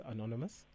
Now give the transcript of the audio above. Anonymous